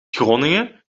groningen